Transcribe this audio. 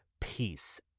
Peace